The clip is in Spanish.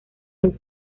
los